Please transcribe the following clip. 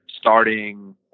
starting